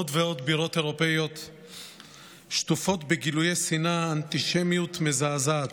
עוד ועוד בירות אירופיות שטופות בגילויי שנאה אנטישמיים מזעזעים.